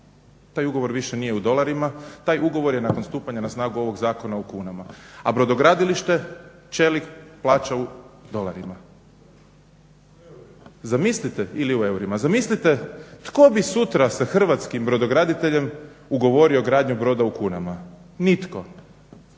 taj ugovor više nije u dolarima, taj ugovor je nakon stupanja na snagu ovog zakona u kunama. A brodogradilište čelik plaća u dolarima ili u eurima. Zamislite, tko bi sutra sa Hrvatskim brodograditeljem ugovorio gradnju broda u kunama? Nitko.